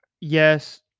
yes